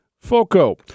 FOCO